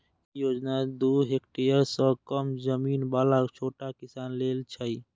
ई योजना दू हेक्टेअर सं कम जमीन बला छोट किसान लेल छै